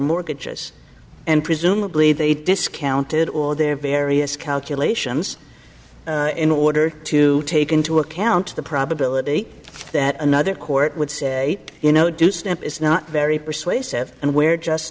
mortgages and presumably they discounted all their various calculations in order to take into account the probability that another court would say you know do step is not very persuasive and we're just